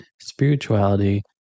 spirituality